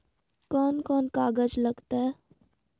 कौन कौन कागज लग तय?